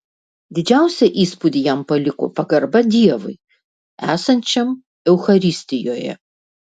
didžiausią įspūdį jam paliko pagarba dievui esančiam eucharistijoje